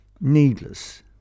needless